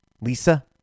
Lisa